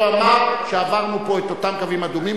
לא אמר שעברנו פה את אותם קווים אדומים.